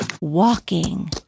walking